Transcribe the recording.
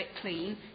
clean